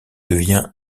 devient